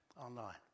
online